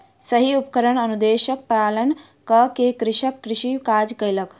सही उपकरण अनुदेशक पालन कअ के कृषक कृषि काज कयलक